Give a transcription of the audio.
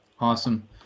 awesome